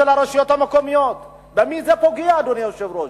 הרשויות המקומיות, במי זה פוגע, אדוני היושב-ראש?